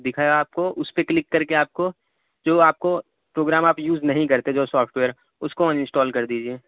دکھا آپ کو اس پہ کلیک کر کے آپ کو جو آپ کو پروگرام آپ یوز نہیں کرتے جو سافٹ ویئر اس کو ان انسٹال کر دیجیے